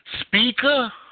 speaker